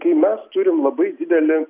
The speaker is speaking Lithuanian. kai mes turim labai didelį